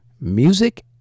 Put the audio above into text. Music